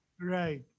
Right